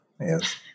Yes